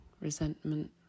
resentment